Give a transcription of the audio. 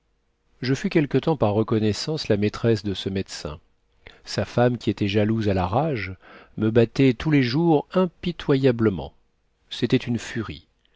je fus quelque temps par reconnaissance la maîtresse de ce médecin sa femme qui était jalouse à la rage me battait tous les jours impitoyablement c'était une furie